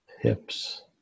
hips